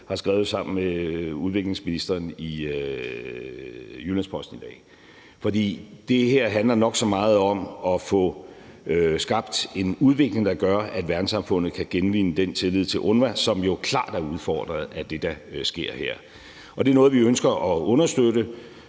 har skrevet sammen med udviklingsministeren i Jyllands-Posten i dag, fordi det her handler nok så meget om at få skabt en udvikling, der gør, at verdenssamfundet kan genvinde den tillid til UNRWA, som jo klart er udfordret af det, der sker her, og det er noget, vi ønsker at understøtte.